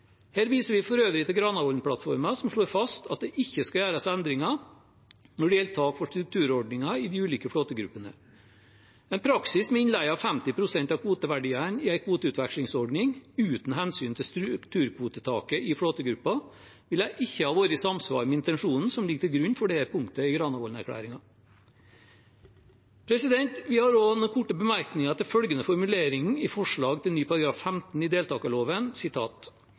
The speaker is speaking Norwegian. Her viser vi for øvrig til Granavolden-plattformen, som slår fast at det ikke skal gjøres endringer når det gjelder tak for strukturordningen i de ulike flåtegruppene. En praksis med innleie av 50 pst. av kvoteverdiene i en kvoteutvekslingsordning uten hensyn til strukturkvotetaket i flåtegruppen ville ikke ha vært i samsvar med intensjonen som ligger til grunn for dette punktet i Granavolden-plattformen. Vi har også noen korte bemerkninger til følgende formulering i forslag til ny § 15 i deltakerloven: